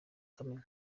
kamena